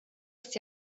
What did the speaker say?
ist